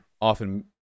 often